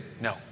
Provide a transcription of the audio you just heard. no